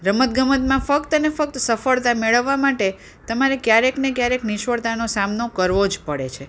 રમત ગમતમાં ફક્ત અને ફક્ત સફળતા મેળવવા માટે તમારે ક્યારેક ને ક્યારેક નિષ્ફળતાનો સામનો કરવો જ પડે છે